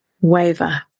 waver